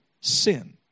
sin